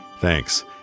Thanks